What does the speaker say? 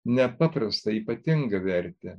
nepaprastą ypatingą vertę